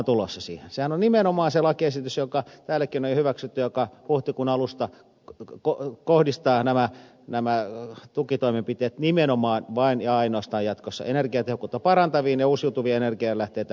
sehän on nimenomaan se lakiesitys joka täälläkin on jo hyväksytty joka huhtikuun alusta kohdistaa nämä tukitoimenpiteet nimenomaan vain ja ainoastaan jatkossa energiatehokkuutta parantaviin ja uusiutuvia energialähteitä lisääviin toimenpiteisiin